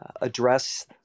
address